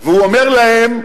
והוא אומר להם: